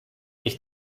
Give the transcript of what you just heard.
ich